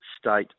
state